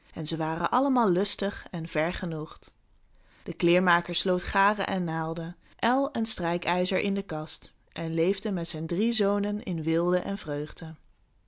en ze waren allemaal lustig en vergenoegd de kleermaker sloot garen en naalden el en strijkijzer in de kast en leefde met zijn drie zonen in weelde en vreugde